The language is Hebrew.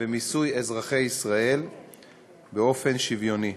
במיסוי אזרחי ישראל באופן שוויוני.